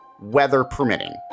weather-permitting